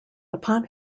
upon